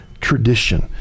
Tradition